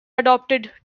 adopted